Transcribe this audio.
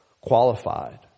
qualified